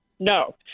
no